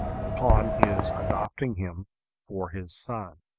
upon his adopting him for his son.